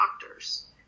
doctors